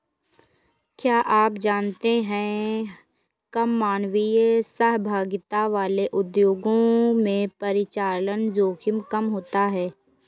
क्या आप जानते है कम मानवीय सहभागिता वाले उद्योगों में परिचालन जोखिम कम होता है?